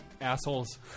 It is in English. assholes